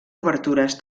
obertures